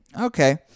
Okay